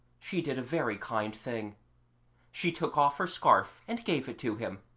she did a very kind thing she took off her scarf and gave it to him.